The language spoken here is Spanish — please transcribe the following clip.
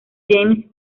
james